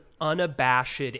unabashed